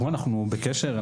אנחנו בקשר,